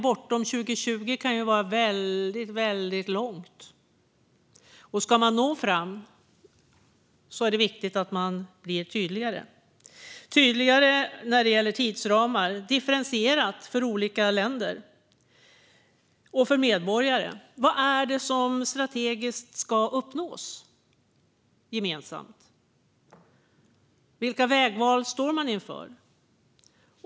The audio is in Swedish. Bortom 2020 kan ju vara väldigt långt bort, och ska man nå fram är det viktigt att man blir tydligare. Det handlar om att vara tydligare när det gäller tidsramar som är differentierade för olika länder och medborgare. Vad är det som strategiskt ska uppnås gemensamt? Vilka vägval står man inför?